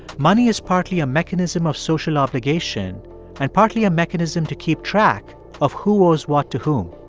money is partly a mechanism of social obligation and partly a mechanism to keep track of who owes what to whom.